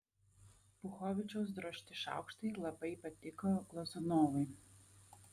puchovičiaus drožti šaukštai labai patiko glazunovui